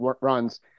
runs